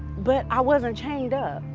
but i wasn't chained up.